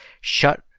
shut